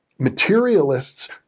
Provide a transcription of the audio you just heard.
Materialists